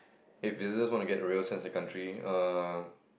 if visitors want to get a real sense of the country err